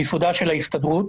מייסודה של ההסתדרות.